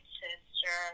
sister